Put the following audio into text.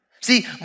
See